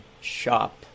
shop